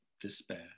despair